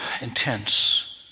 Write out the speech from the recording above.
intense